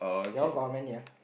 your one got how many ah